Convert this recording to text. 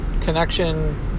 connection